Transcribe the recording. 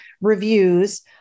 reviews